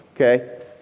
Okay